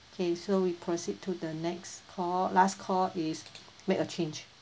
K so we proceed to the next call last call is make a change